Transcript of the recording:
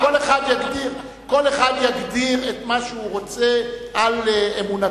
כל אחד יגדיר את מה שהוא רוצה על אמונתו.